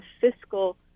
fiscal